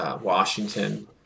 Washington